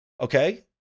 okay